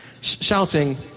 shouting